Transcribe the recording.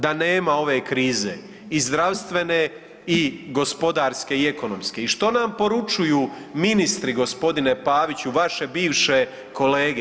Da nema ove krize i zdravstvene i gospodarske i ekonomske i što nam poručuju ministri gospodine Paviću vaše bivše kolege.